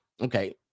Okay